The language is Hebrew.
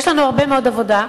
יש לנו הרבה מאוד עבודה,